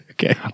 Okay